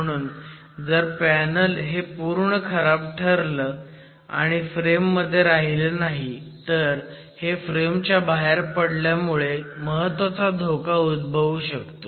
म्हणून जर पॅनल हे पूर्ण खराब ठरलं आणि फ्रेम मध्ये राहिलं नाही तर हे फ्रेमच्या बाहेर पडल्यामुळे महत्वाचा धोका उदभवू शकतो